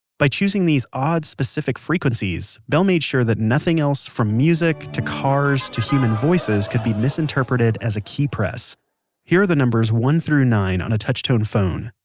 by choosing these odd, specific frequencies, bell made sure that nothing else, from music to traffic so to human voices could be misinterpreted as a key press here are the numbers one through nine on a touch tone phone.